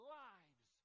lives